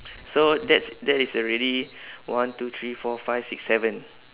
so that's that is already one two three four five six seven